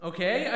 Okay